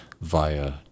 via